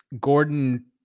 Gordon